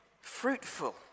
fruitful